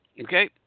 Okay